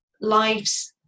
lives